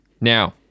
Now